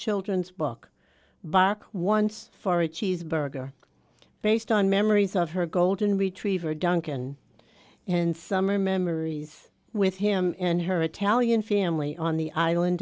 children's book but once for a cheeseburger based on memories of her golden retriever duncan and summer memories with him and her italian family on the island